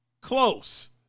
close